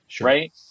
right